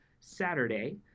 Saturday